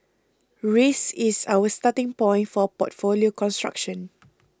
risk is our starting point for portfolio construction